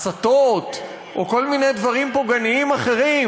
הסתות או כל מיני דברים פוגעניים אחרים